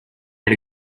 get